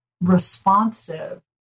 responsive